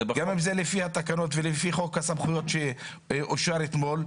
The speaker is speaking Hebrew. גם אם זה לפי התקנות ולפי חוק הסמכויות שאושר אתמול,